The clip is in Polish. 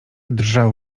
drżał